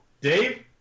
Dave